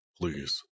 Please